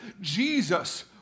Jesus